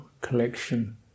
collection